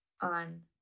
on